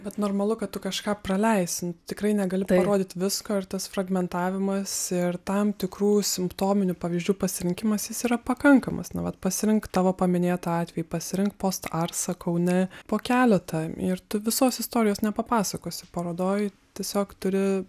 bet normalu kad tu kažką praleisi tikrai negali parodyt visko ir tas fragmentavimas ir tam tikrų simptominių pavyzdžių pasirinkimas jis yra pakankamas na vat pasirink tavo paminėtą atvejį pasirink postarsą kaune po keletą ir tu visos istorijos nepapasakosi parodoj tiesiog turi